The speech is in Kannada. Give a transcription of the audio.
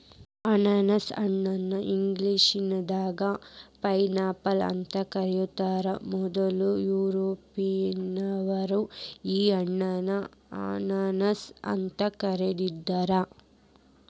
ಅನಾನಸ ಹಣ್ಣ ಇಂಗ್ಲೇಷನ್ಯಾಗ ಪೈನ್ಆಪಲ್ ಅಂತ ಕರೇತಾರ, ಮೊದ್ಲ ಯುರೋಪಿಯನ್ನರ ಈ ಹಣ್ಣನ್ನ ಅನಾನಸ್ ಅಂತ ಕರಿದಿದ್ರು